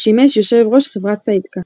שימש יו"ר חברת סאיטקס.